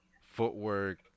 Footwork